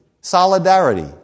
Solidarity